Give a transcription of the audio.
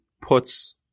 puts